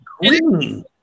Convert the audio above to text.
Green